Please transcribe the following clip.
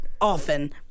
often